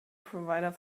provider